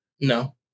No